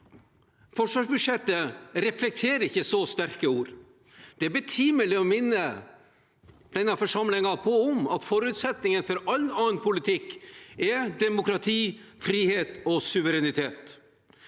Forsvarsbudsjettet reflekterer ikke så sterke ord. Det er betimelig å minne denne forsamlingen på at forutsetningen for all annen politikk er demokrati, frihet og suverenitet.